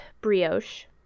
brioche